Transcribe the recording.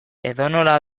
edonola